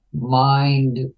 mind